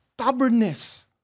stubbornness